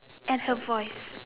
and her voice